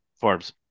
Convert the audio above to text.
Forbes